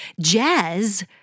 jazz